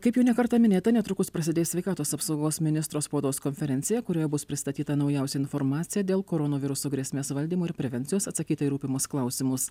kaip jau ne kartą minėta netrukus prasidės sveikatos apsaugos ministro spaudos konferencija kurioje bus pristatyta naujausia informacija dėl koronaviruso grėsmės valdymo ir prevencijos atsakyta į rūpimus klausimus